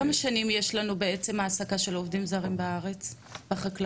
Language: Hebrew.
כמה שנים יש לנו בעצם העסקה של עובדים זרים בארץ בחקלאות?